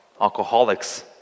alcoholics